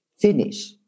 finish